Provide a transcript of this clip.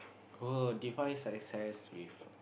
were oh define success with